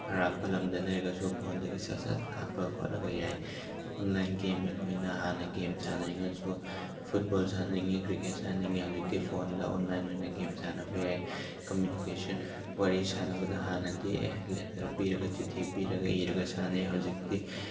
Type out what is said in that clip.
ꯑꯔꯥꯞꯄ ꯂꯝꯗ ꯂꯩꯔꯒꯁꯨ ꯐꯣꯟꯗꯒꯤ ꯁꯠ ꯁꯠ ꯀꯥꯞꯄ ꯈꯣꯠꯂꯒ ꯌꯥꯏ ꯑꯣꯟꯂꯥꯏꯟ ꯒꯦꯝ ꯑꯩꯈꯣꯏꯅ ꯍꯥꯟꯅ ꯒꯦꯝ ꯁꯥꯟꯅꯅꯤꯡꯉꯁꯨ ꯐꯨꯠꯕꯣꯜ ꯁꯥꯟꯅꯅꯤꯡꯉꯦ ꯀ꯭ꯔꯤꯀꯦꯠ ꯁꯥꯟꯅꯅꯤꯡꯉꯦ ꯍꯧꯖꯤꯛꯇꯤ ꯐꯣꯟꯗ ꯑꯣꯟꯂꯥꯏꯟ ꯑꯣꯏꯅ ꯒꯦꯝ ꯁꯥꯟꯅꯕ ꯌꯥꯏ ꯀꯃꯨꯅꯤꯀꯦꯁꯟ ꯋꯥꯔꯤ ꯁꯥꯅꯕꯗ ꯍꯥꯟꯅꯗꯤ ꯑꯦ ꯂꯦꯇꯔ ꯄꯤꯔꯒ ꯆꯤꯊꯤ ꯄꯤꯔꯒ ꯏꯔꯒ ꯁꯥꯟꯅꯩ ꯍꯧꯖꯤꯛꯇꯤ